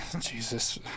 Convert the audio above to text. Jesus